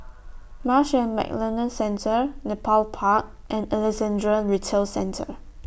Marsh and McLennan Centre Nepal Park and Alexandra Retail Centre